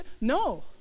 No